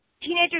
teenagers